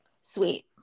Sweet